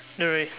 no worries